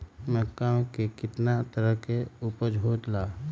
मक्का के कितना तरह के उपज हो ला?